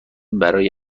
برای